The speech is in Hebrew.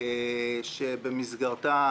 שבמסגרתה